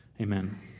Amen